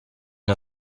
une